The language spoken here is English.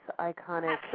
iconic